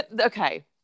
okay